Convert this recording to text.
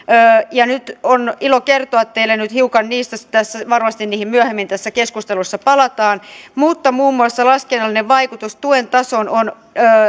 ja nyt on ilo kertoa teille hiukan niistä tässä varmasti niihin myöhemmin tässä keskustelussa palataan mutta muun muassa laskennallinen vaikutus tuen tasoon on